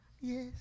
Yes